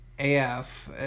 AF